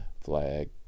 flag